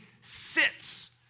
sits